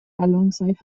alongside